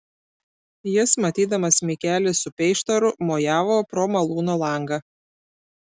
jis matydamas mikelį su peištaru mojavo pro malūno langą